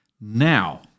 Now